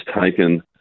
taken